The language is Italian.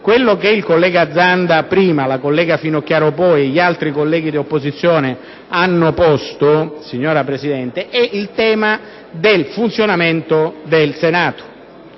questione che il collega Zanda prima e la collega Finocchiaro poi, oltre agli altri colleghi dell'opposizione, hanno posto, signora Presidente, riguarda il funzionamento del Senato.